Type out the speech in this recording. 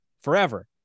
forever